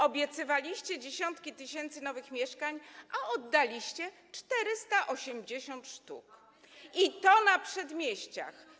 Obiecywaliście dziesiątki tysięcy nowych mieszkań, a oddaliście 480, i to na przedmieściach.